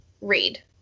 read